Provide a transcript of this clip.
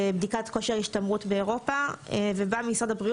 בדיקת כושר השתמרות באירופה ובא משרד הבריאות